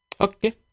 Okay